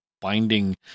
binding